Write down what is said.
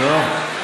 לגמרי.